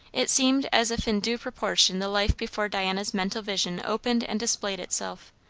it seemed as if in due proportion the life before diana's mental vision opened and displayed itself,